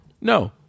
No